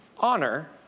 Honor